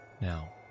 Now